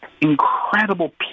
incredible